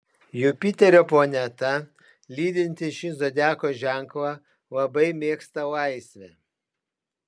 jupiterio planeta lydinti šį zodiako ženklą labai mėgsta laisvę